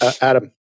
Adam